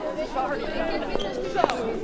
sorry about that. so,